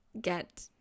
get